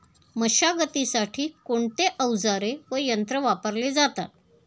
मशागतीसाठी कोणते अवजारे व यंत्र वापरले जातात?